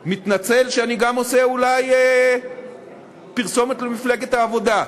אני מתנצל שאני גם עושה אולי פרסומת למפלגת העבודה.